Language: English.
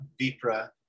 Vipra